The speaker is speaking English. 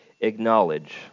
acknowledge